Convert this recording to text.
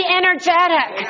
energetic